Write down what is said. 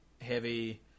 heavy